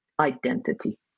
identity